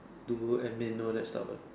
do admin all that stuff lah